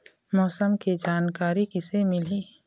मौसम के जानकारी किसे मिलही?